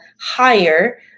higher